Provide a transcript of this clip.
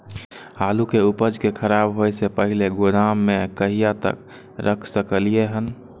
आलु के उपज के खराब होय से पहिले गोदाम में कहिया तक रख सकलिये हन?